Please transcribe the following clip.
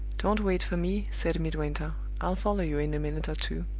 don't wait for me, said midwinter i'll follow you in a minute or two.